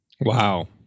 Wow